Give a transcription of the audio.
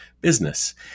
business